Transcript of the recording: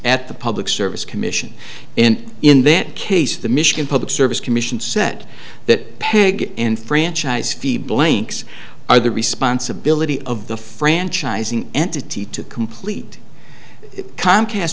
at the public service commission and in that case the michigan public service commission said that pig in franchise fee blanks are the responsibility of the franchising entity to complete comcast